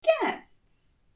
Guests